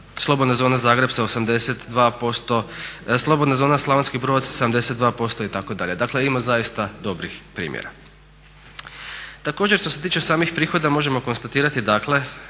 slobodna zona Zagreb sa 82%, slobodna zona Slavonski Brod sa 72% itd. Dakle, ima zaista dobrih primjera. Također, što se tiče samih prihoda možemo konstatirati dakle